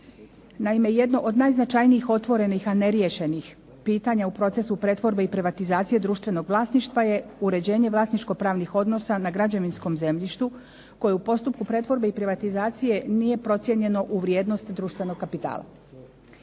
Naime jedno od najznačajnijih otvorenih, a neriješenih pitanja u procesu pretvorbe i privatizacije društvenog vlasništva je uređenje vlasničkopravnih odnosa na građevinskom zemljištu, koje u postupku pretvorbe i privatizacije nije procijenjeno u vrijednosti društvenog kapitala.